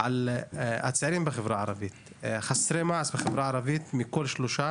על צעירים חסרי מעש בחברה הערבית, שמכל שלושה